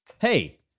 Hey